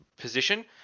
position